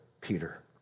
Peter